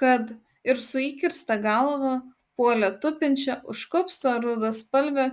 kad ir su įkirsta galva puolė tupinčią už kupsto rudaspalvę